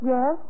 Yes